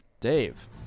Dave